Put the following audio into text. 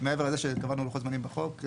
מעבר לזה שקבענו לוחות זמנים בחוק,